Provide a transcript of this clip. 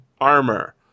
armor